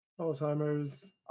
Alzheimer's